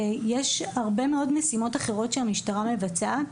יש הרבה מאוד משימות אחרות שהמשטרה מבצעת,